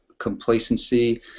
complacency